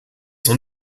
son